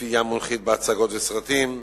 צפייה מונחית בהצגות ובסרטים,